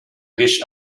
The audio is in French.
riche